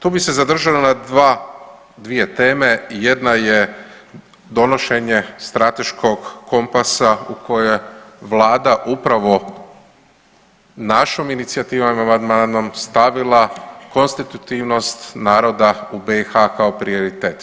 Tu bih se zadržao na dvije teme, jedna je donošenje strateškog kompasa u koje Vlada upravo našom inicijativom i amandmanom stavila konstitutivnost naroda u BiH kao prioritet.